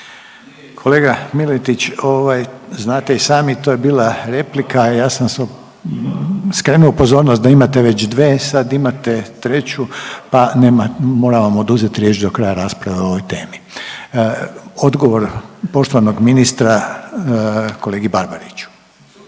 Kolega Miletić ovaj znate i sami to je bila replika, a ja sam vam skrenuo pozornost da imate već dve, sad imate treću, pa moram vam oduzet riječ do kraja rasprave o ovoj temi. Odgovor poštovanog ministra kolegi Barbariću.